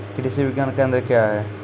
कृषि विज्ञान केंद्र क्या हैं?